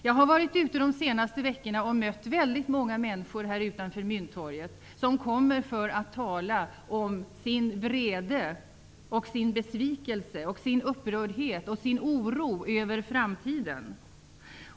Jag har de senaste veckorna mött väldigt många människor här utanför på Mynttorget som kommer för att tala om sin vrede, sin besvikelse, sin upprördhet och sin oro över framtiden.